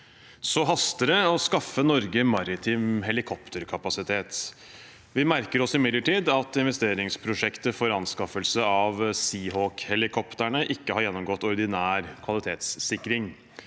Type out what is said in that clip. Så haster det å skaffe Norge maritim helikopterkapasitet. Vi merker oss imidlertid at investeringsprosjektet for anskaffelse av Seahawk-helikoptrene ikke har gjennomgått ordinær kvalitetssikring.